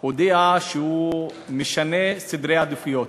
הודיע שהוא משנה סדרי עדיפויות,